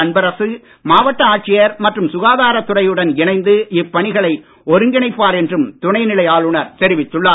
அன்பரசு மாவட்ட ஆட்சியர் மற்றும் சுகாதாரத் துறையுடன் இணைந்து இப்பணிகளை ஒருங்கிணைப்பார் என்றும் துணைநிலை ஆளுனர் தெரிவித்துள்ளார்